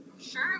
sure